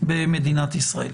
במדינת ישראל.